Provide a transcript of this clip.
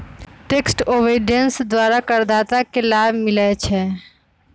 tax avoidance द्वारा करदाता के लाभ मिलइ छै